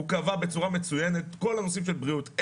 הוא קבע בצורה מצוינת את כל הנושאים של בריאות.